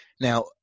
Now